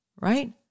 right